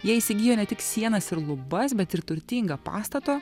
jie įsigijo ne tik sienas ir lubas bet ir turtingą pastato